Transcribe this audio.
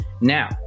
Now